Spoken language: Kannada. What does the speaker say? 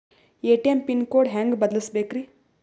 ಎ.ಟಿ.ಎಂ ಪಿನ್ ಕೋಡ್ ಹೆಂಗ್ ಬದಲ್ಸ್ಬೇಕ್ರಿ?